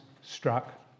struck